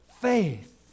faith